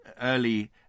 early